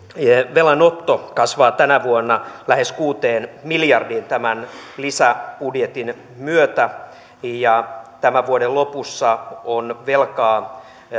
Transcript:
velanotto kasvaa tänä vuonna lähes kuuteen miljardiin tämän lisäbudjetin myötä ja tämän vuoden lopussa on velkaa